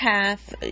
Path